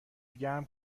گرم